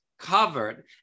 covered